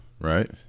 right